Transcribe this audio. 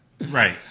Right